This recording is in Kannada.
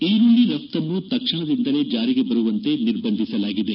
ಈರುಳ್ಳ ರಫ್ವನ್ನು ತಕ್ಷಣದಿಂದಲೇ ಜಾರಿಗೆ ಬರುವಂತೆ ನಿರ್ಬಂಧಿಸಲಾಗಿದೆ